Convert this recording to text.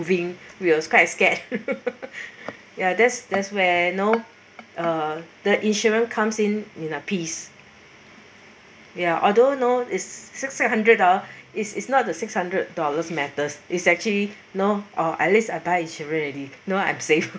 moving we were quite scared ya that's that's where you know uh the insurance comes in in a piece ya although no is si~six hundred ah it's it's not the six hundred dollars matters is actually you know uh at least I buy insurance already you know I'm safe